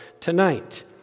tonight